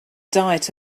diet